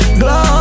glow